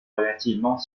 relativement